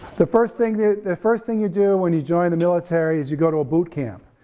the first thing the the first thing you do when you join the military is you go to a boot camp.